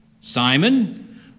Simon